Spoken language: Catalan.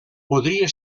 podria